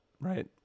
Right